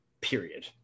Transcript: Period